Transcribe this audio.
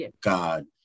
God